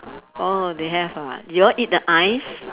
orh they have ah do you all eat the eyes